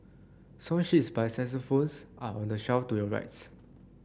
song sheets by xylophones are on the shelf to your rights